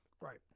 Right